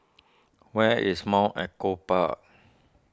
where is Mount Echo Park